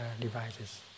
devices